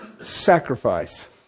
sacrifice